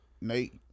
Nate